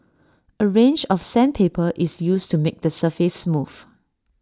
A range of sandpaper is used to make the surface smooth